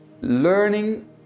Learning